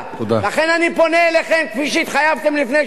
לכן אני פונה אליכם, כפי שהתחייבתם לפני שבועיים,